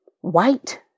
white